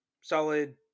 solid –